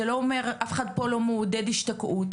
זה לא אומר שמישהו פה מעודד השתקעות,